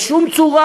בשום צורה.